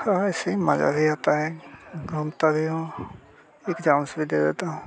हाँ ऐसे ही मजा भी आता है घूमता भी हूँ एक्साम्स भी दे देता हूँ